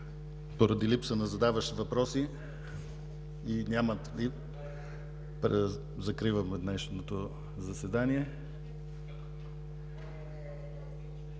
Поради липса на задаващ въпроси закривам днешното заседание.